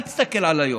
אל תסתכל על היום,